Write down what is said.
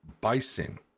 bison